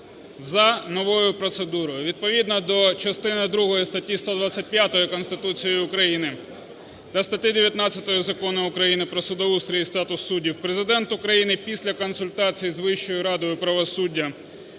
за новою процедурою. Відповідно до частини другої статті 125 Конституції України та статті 19 Закону України "Про судоустрій і статус суддів" Президент України після консультацій з Вищою радою правосуддя